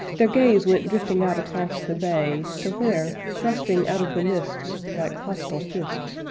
their gaze went drifting out across the bay to where, thrusting out of the mists, like hostile fists,